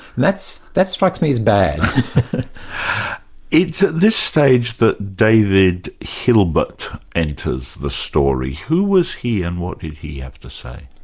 that's that's strikes me as bad. it's at this stage that david hilbert enters the story. who was he and what did he have to say?